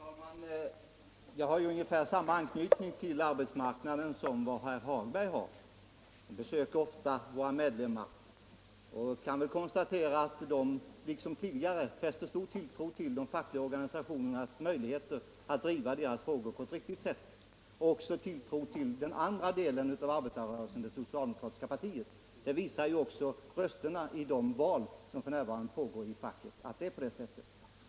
Fru talman! Jag har väl ungefär samma anknytning till arbetsmarknaden som herr Hagberg i Borlänge, och jag besöker ofta våra medlemmar. Då har jag kunnat konstatera att de liksom tidigare sätter stor tilltro till de fackliga organisationernas möjligheter att driva medlemmarnas frågor på ett riktigt sätt. Och medlemmarna hyser tilltro också till den andra delen av arbetarrörelsen, alltså det socialdemokratiska partiet. Rösterna i de val som f. n. pågår i facket visar ju också att det är på det sättet.